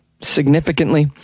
significantly